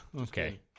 Okay